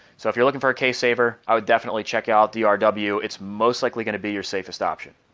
so if you're looking for a case saver, i would definitely check out the ah and rw it's most likely going to be your safest option.